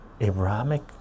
Abrahamic